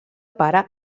pare